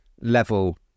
level